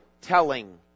telling